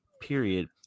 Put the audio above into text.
period